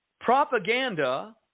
Propaganda